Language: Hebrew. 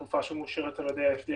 תרופה שמאושרת על ידי ה-FDA